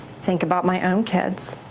think about my own kids.